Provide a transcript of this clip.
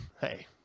Hey